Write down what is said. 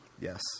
Yes